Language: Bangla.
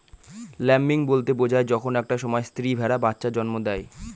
ল্যাম্বিং বলতে বোঝায় যখন একটা সময় স্ত্রী ভেড়া বাচ্চা জন্ম দেয়